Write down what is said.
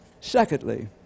Secondly